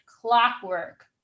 clockwork